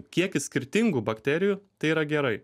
kiekis skirtingų bakterijų tai yra gerai